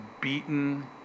beaten